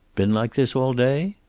been like this all day?